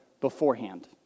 beforehand